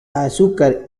azúcar